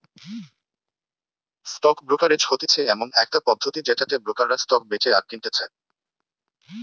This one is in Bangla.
স্টক ব্রোকারেজ হতিছে এমন একটা পদ্ধতি যেটাতে ব্রোকাররা স্টক বেচে আর কিনতেছে